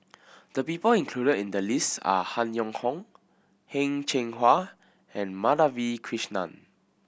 the people included in the list are Han Yong Hong Heng Cheng Hwa and Madhavi Krishnan